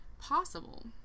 possible